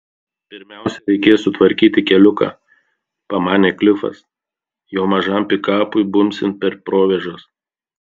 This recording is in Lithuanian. pirmiausia reikės sutvarkyti keliuką pamanė klifas jo mažam pikapui bumbsint per provėžas